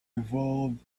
evolved